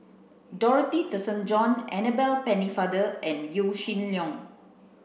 Dorothy Tessensohn Annabel Pennefather and Yaw Shin Leong